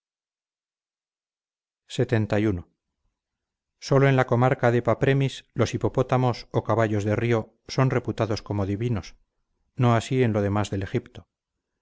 lxxi solo en la comarca de papremis los hipopótamos o caballos de río son reputados como divinos no así en lo demás del egipto